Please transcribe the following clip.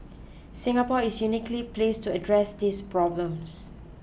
Singapore is uniquely placed to address these problems